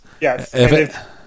yes